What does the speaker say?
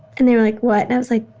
and they were like, what? and i was like,